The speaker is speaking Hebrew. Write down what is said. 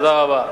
תודה רבה.